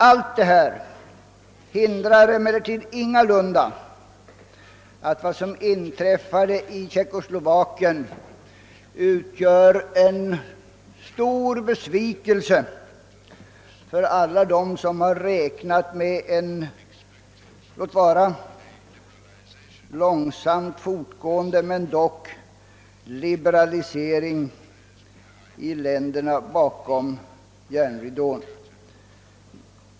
Allt detta hindrar emellertid ingalunda att vad som inträffade i Tjeckoslovakien utgör en stor besvikelse för alla dem som har räknat med en, låt vara långsamt, fortgående liberalisering i länderna bakom järnridån.